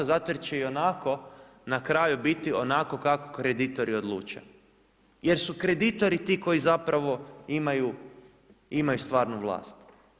Zato jer će ionako na kraju biti onako kako kreditori odluče jer su kreditori ti koji zapravo imaju stvarnu vlast.